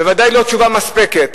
בוודאי לא תשובה מספקת,